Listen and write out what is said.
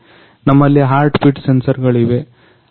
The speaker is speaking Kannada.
ನಮ್ಮಲ್ಲಿ ಹಾರ್ಟ್ಬೀಟ್ ಸೆನ್ಸರ್ಗಳು ಇವೆ